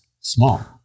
Small